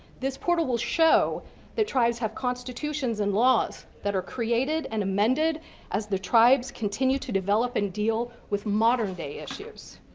this portal will show that tribes have constitutions and laws that are created and amended as the tribes continue to develop and deal with modern day issues.